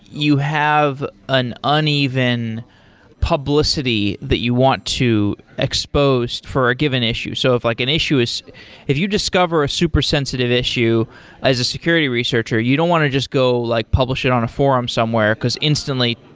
you have an uneven publicity that you want to expose for a given issue. so if like an issue is if you discover a super sensitive issue as a security researcher, you don't want to just go like publish it on a forum somewhere, because instantly,